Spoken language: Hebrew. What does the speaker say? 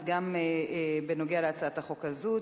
גם בהצעת החוק הזאת,